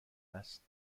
است